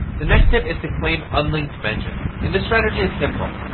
the next tip is to claim unlinked mentions. and this strategy is simple.